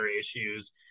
issues